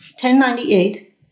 1098